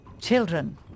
children